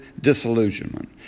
disillusionment